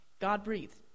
God-breathed